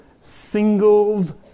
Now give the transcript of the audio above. Singles